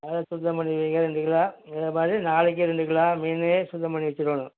நல்லா சுத்தம் பண்ணி வைங்க ரெண்டு கிலோ அதுமாரி நாளைக்கு ரெண்டு கிலோ மீன் சுத்தம் பண்ணி வச்சிடணும்